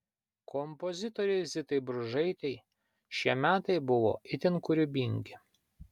kompozitorei zitai bružaitei šie metai buvo itin kūrybingi